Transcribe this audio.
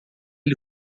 ele